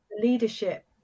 leadership